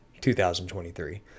2023